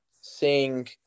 seeing